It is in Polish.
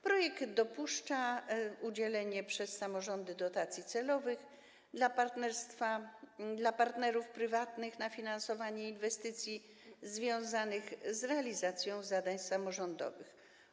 Projekt dopuszcza udzielanie przez samorządy dotacji celowych dla partnerów prywatnych na finansowanie inwestycji związanych z realizacją zadań samorządowych.